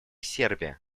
сербия